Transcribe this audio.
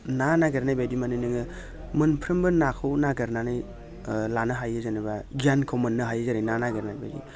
ना नागिरनायबायदि माने नोङो मोनफ्रोमबो नाखौ नागिरनानै ओ लानो हायो जेनोबा गियानखौ मोननो हायो जेरै ना नागिरनायबायदि